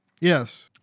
Yes